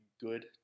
good